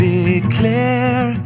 declare